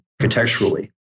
architecturally